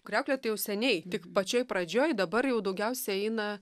kriauklė tai jau seniai tik pačioj pradžioj dabar jau daugiausia eina